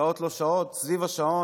שעות לא שעות וסביב השעון.